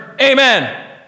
Amen